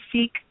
seek